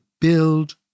build